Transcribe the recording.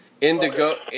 Indigo